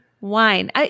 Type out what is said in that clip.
wine